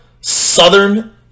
Southern